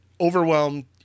overwhelmed